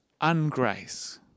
ungrace